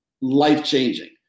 life-changing